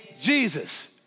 Jesus